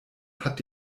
hat